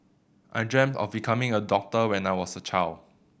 I dreamt of becoming a doctor when I was a child